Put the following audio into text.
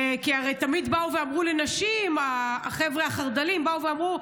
כי על נשים הרי תמיד החבר'ה החרד"לים אמרו,